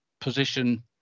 position